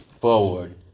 forward